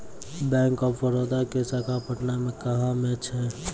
Bank of Baroda के शाखा पटना मे कहां मे छै?